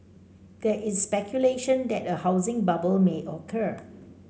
there is speculation that a housing bubble may occur